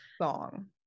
song